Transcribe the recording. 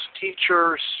teachers